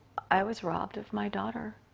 i was robbed of my daughter.